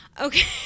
Okay